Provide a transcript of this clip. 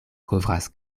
kovras